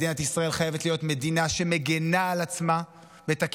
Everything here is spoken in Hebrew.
מדינת ישראל חייבת להיות מדינה שמגינה על עצמה בתקיפות,